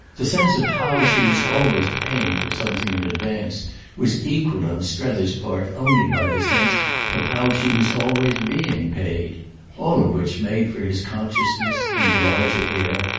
the sense of how she was always paying for something in advance was equalled on strether's part only by the sense of how she was always being paid all of which made for his consciousness, in the larger air,